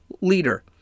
leader